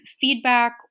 feedback